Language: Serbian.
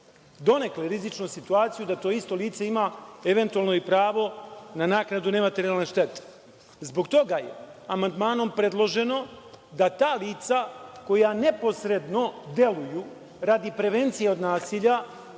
donekle rizičnu situaciju da to isto lice ima eventualno pravo na naknadu ne materijalne štete. Zbog toga je amandmanom predloženo da ta lica koja neposredno deluju, radi prevencije od nasilja,